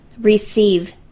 receive